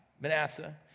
Manasseh